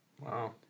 Wow